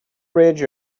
ridge